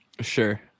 sure